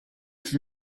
qui